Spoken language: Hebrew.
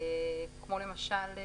כמו למשל,